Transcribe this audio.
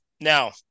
Now